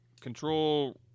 Control